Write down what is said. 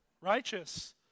Righteous